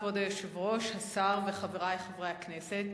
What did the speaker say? כבוד היושב-ראש, השר וחברי חברי הכנסת,